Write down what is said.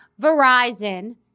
Verizon